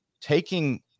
taking